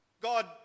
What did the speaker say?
God